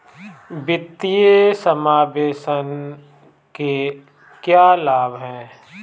वित्तीय समावेशन के क्या लाभ हैं?